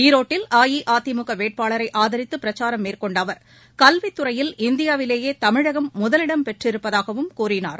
ஈரோட்டில் அஇஅதிமுக வேட்பாளரை ஆதரித்து பிரச்சாரம் மேற்கொண்ட அவர் கல்வித்துறையில் இந்தியாவிலேயே தமிழகம் முதலிடம் பெற்றிருப்பதாகவும் கூறினார்